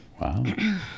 wow